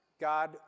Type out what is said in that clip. God